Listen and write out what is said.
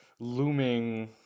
looming